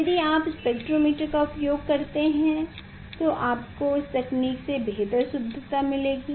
यदि आप स्पेक्ट्रोमीटर का उपयोग करते हैं तो आपको इस तकनीक से बेहतर शुद्धता मिलेगी